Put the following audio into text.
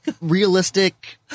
realistic